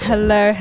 Hello